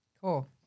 Cool